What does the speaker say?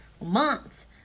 months